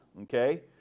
okay